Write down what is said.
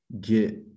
get